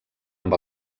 amb